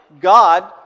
God